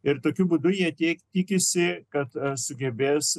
ir tokiu būdu jie tikisi kad sugebės